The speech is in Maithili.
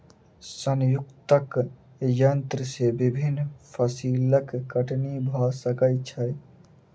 संयुक्तक यन्त्र से विभिन्न फसिलक कटनी भ सकै छै